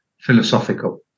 philosophical